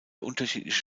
unterschiedliche